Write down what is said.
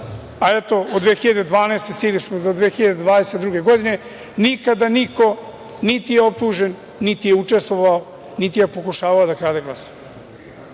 a eto od 2012. godine, stigli smo do 2022. godine, nikada niko niti je optužen, niti je učestvovao, niti je pokušavao da joj krade glasove